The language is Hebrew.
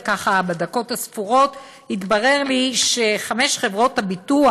וככה בדקות הספורות התברר לי שחמש חברות הביטוח,